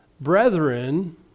Brethren